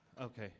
Okay